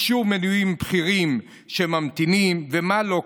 אישור מינויים בכירים שממתינים, ומה לא?